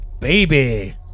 Baby